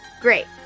great